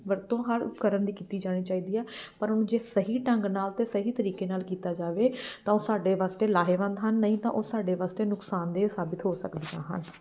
ਵਰਤੋਂ ਹਰ ਉਪਕਰਨ ਦੀ ਕੀਤੀ ਜਾਣੀ ਚਾਹੀਦੀ ਹੈ ਪਰ ਉਹਨੂੰ ਜੇ ਸਹੀ ਢੰਗ ਨਾਲ ਅਤੇ ਸਹੀ ਤਰੀਕੇ ਨਾਲ ਕੀਤਾ ਜਾਵੇ ਤਾਂ ਉਹ ਸਾਡੇ ਵਾਸਤੇ ਲਾਹੇਵੰਦ ਹਨ ਨਹੀਂ ਤਾਂ ਉਹ ਸਾਡੇ ਵਾਸਤੇ ਨੁਕਸਾਨਦੇਹ ਸਾਬਿਤ ਹੋ ਸਕਦੀਆਂ ਹਨ